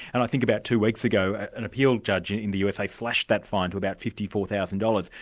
and i think about two weeks ago, an appeal judge in the usa slashed that fine to about fifty four thousand dollars.